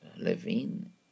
Levine